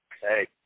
hey